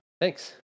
Thanks